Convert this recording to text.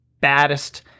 baddest